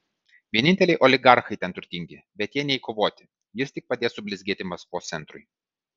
vieninteliai oligarchai ten turtingi bet jie nei kovoti jis tik padės sublizgėti maskvos centrui